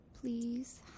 Please